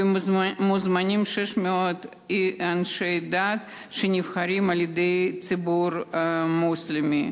ומוזמנים 600 אנשי דת שנבחרים על-ידי הציבור המוסלמי.